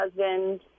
husband